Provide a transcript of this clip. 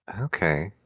okay